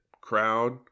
crowd